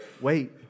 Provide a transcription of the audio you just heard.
Wait